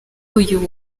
uyu